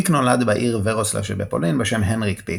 פיק נולד בעיר ורוצלב שבפולין בשם הנריק פיק,